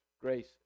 Grace